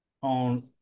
on